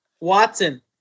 Watson